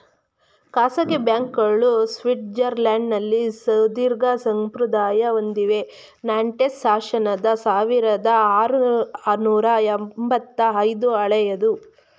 ಖಾಸಗಿ ಬ್ಯಾಂಕ್ಗಳು ಸ್ವಿಟ್ಜರ್ಲ್ಯಾಂಡ್ನಲ್ಲಿ ಸುದೀರ್ಘಸಂಪ್ರದಾಯ ಹೊಂದಿವೆ ನಾಂಟೆಸ್ ಶಾಸನದ ಸಾವಿರದಆರುನೂರು ಎಂಬತ್ತ ಐದು ಹಳೆಯದು